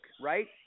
right